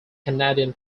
canadian